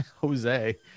Jose